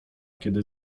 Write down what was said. kiedy